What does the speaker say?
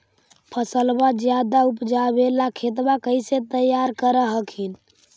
फसलबा ज्यादा उपजाबे ला खेतबा कैसे तैयार कर हखिन?